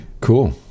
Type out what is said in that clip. cool